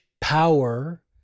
power